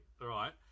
right